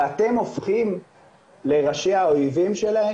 ואתם הופכים לראשי האויבים שלהם?